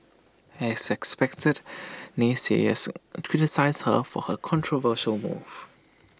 as expected naysayers criticised her for her controversial move